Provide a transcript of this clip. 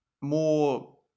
more